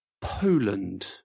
Poland